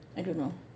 I don't know